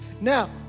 now